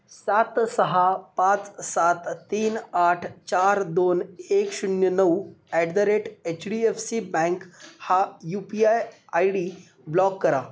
सात सहा पाच सात तीन आठ चार दोन एक शून्य नऊ at the rate H D F C bank हा U P I I D block करा